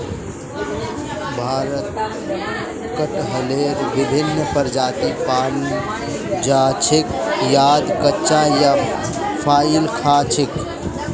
भारतत कटहलेर विभिन्न प्रजाति पाल जा छेक याक कच्चा या पकइ खा छेक